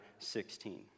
16